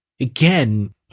again